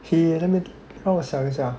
he let me thi~ 让我想一想